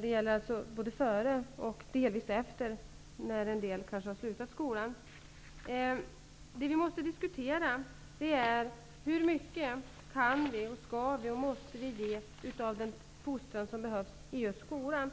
dvs. både under skoltiden och delvis efter det att en del har slutat skolan. Det vi måste diskutera är hur mycket av den fostran som är nödvändig som vi kan, skall och måste ge just i skolan.